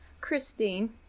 Christine